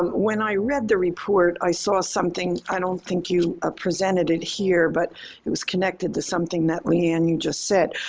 um when i read the report, i saw something i don't think you ah presented it here, but it was connected to something that leigh and ann just said.